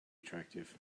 attractive